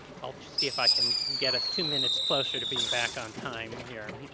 i'll see if i can get us two minutes closer to being back on time here.